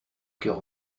coeur